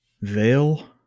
veil